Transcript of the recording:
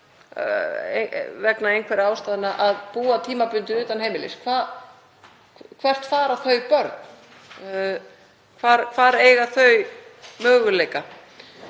vegna einhverra ástæðna að búa tímabundið utan heimilis? Hvert fara þau börn? Hvar eiga þau möguleika?